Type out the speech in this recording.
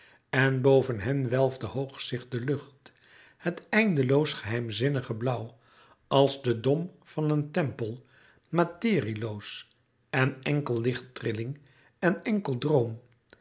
en boven hen welfde hoog zich de lucht het eindeloos geheimzinnige blauw als de dom van een tempel materieloos en enkel lichttrilling en enkel droom